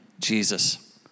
Jesus